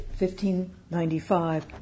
1595